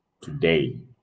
today